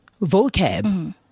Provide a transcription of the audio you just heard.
vocab